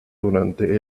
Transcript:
durante